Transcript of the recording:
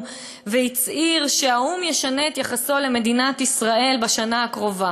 והצהיר שהאו"ם ישנה את יחסו למדינת ישראל בשנה הקרובה.